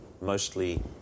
mostly